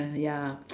ya